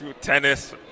tennis